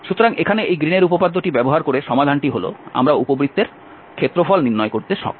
সুতরাং এখানে এই গ্রীনের উপপাদ্যটি ব্যবহার করে সমাধানটি হল আমরা উপবৃত্তের ক্ষেত্রফল নির্ণয় করতে সক্ষম